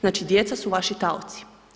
Znači djeca su vaši taoci.